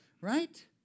right